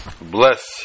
bless